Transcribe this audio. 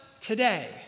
today